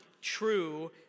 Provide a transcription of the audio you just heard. true